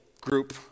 group